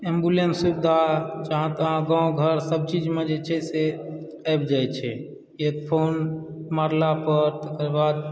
ambulance सुविधा जहाँ तहाँ गाँव घरसभ चीजमे जे छै से आबि जाय छै एक फोन मारलापर तकर बाद